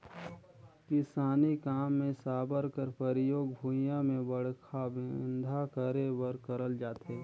किसानी काम मे साबर कर परियोग भुईया मे बड़खा बेंधा करे बर करल जाथे